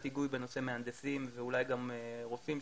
היגוי בנושא מהנדסים ואולי גם רופאים,